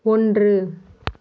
ஒன்று